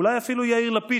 אולי אפילו יאיר לפיד,